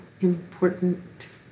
important